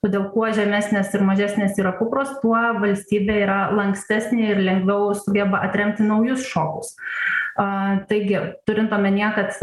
todėl kuo žemesnės ir mažesnės yra kupros tuo valstybė yra lankstesnė ir lengviau sugeba atremti naujus šokus a taigi turint omenyje kad